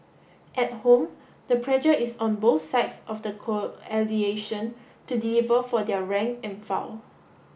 at home the pressure is on both sides of the to deliver for their rank and file